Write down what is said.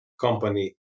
company